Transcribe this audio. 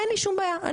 אין לי שום בעיה,